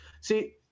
See